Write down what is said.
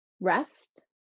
rest